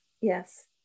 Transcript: yes